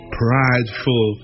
prideful